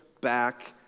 back